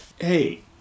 hey